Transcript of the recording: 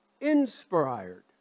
inspired